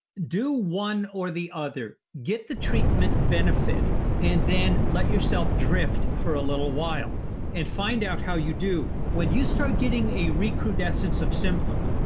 do one or the other. get the treatment benefit and then let yourself drift for a little while and find out how you do. when you start getting a recrudescence of symptoms,